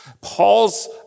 Paul's